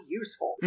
useful